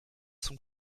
zum